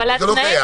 אבל התנאים,